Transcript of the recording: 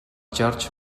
george